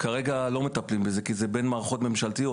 כרגע לא מטפלים בזה כי זה בין מערכות ממשלתיות,